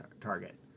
target